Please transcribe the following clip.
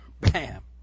bam